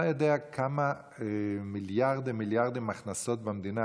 אתה יודע כמה מיליארדים יש להכנסות המדינה